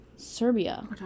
Serbia